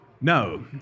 No